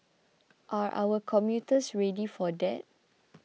are our commuters ready for that